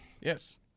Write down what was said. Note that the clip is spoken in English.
Yes